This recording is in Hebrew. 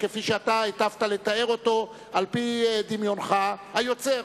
כפי שאתה היטבת לתאר על-פי דמיונך היוצר.